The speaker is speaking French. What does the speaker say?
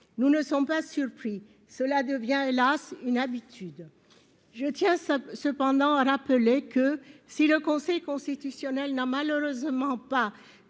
Nous n'en sommes pas surpris, car cela devient, hélas, une habitude. Je tiens cependant à rappeler que, si le Conseil constitutionnel n'a malheureusement pas